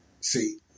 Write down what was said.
See